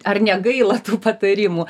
ar negaila tų patarimų